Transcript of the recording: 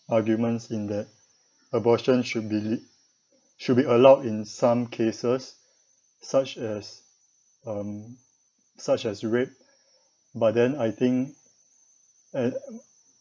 arguments in that abortion should be should be allowed in some cases such as um such as rape but then I think an